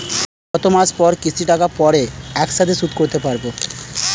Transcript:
কত মাস পর কিস্তির টাকা পড়ে একসাথে শোধ করতে পারবো?